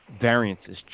variances